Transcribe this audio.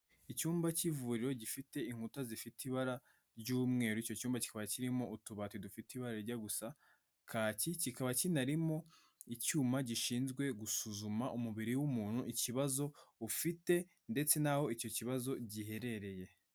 Icyumba cy'ivuriro gifite inkuta zifite ibara ry'umweru, icyo cyumba kikaba kirimo utubati dufite ibara rijya gusa kaki, kikaba kinarimo icyuma gishinzwe gusuzuma umubiri w'umuntu ikibazo ufite ndetse n'aho icyo kibazo giherereye.